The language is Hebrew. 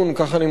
כך אני מקווה,